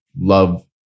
love